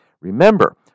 Remember